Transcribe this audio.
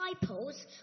disciples